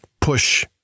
push